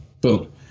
Boom